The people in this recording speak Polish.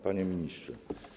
Panie Ministrze!